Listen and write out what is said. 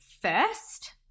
first